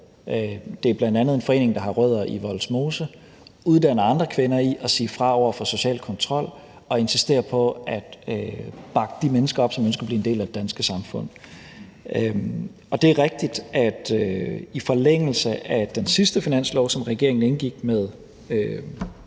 det er en forening, der bl.a. har rødder i Vollsmose – uddanner andre kvinder i at sige fra over for social kontrol, og de insisterer på at bakke de mennesker op, der ønsker at blive en del af det danske samfund. Det er rigtigt, at der i forlængelse af den sidste finanslov, som regeringen indgik med